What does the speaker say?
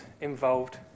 involved